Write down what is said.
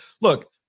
look